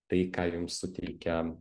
tai ką jums suteikia